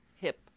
hip